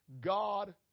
God